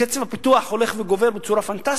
קצב הפיתוח הולך וגובר בצורה פנטסטית,